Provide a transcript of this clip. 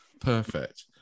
Perfect